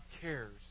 cares